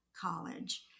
college